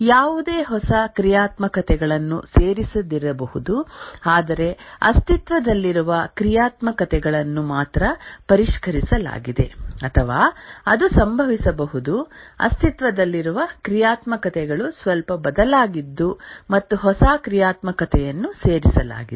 ಯಾವುದೇ ಹೊಸ ಕ್ರಿಯಾತ್ಮಕತೆಗಳನ್ನು ಸೇರಿಸದಿರಬಹುದು ಆದರೆ ಅಸ್ತಿತ್ವದಲ್ಲಿರುವ ಕ್ರಿಯಾತ್ಮಕತೆಗಳನ್ನು ಮಾತ್ರ ಪರಿಷ್ಕರಿಸಲಾಗಿದೆ ಅಥವಾ ಅದು ಸಂಭವಿಸಬಹುದು ಅಸ್ತಿತ್ವದಲ್ಲಿರುವ ಕ್ರಿಯಾತ್ಮಕತೆಗಳು ಸ್ವಲ್ಪ ಬದಲಾಗಿದ್ದು ಮತ್ತು ಹೊಸ ಕ್ರಿಯಾತ್ಮಕತೆಯನ್ನು ಸೇರಿಸಲಾಗಿದೆ